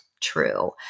true